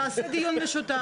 תעשה דיון משותף.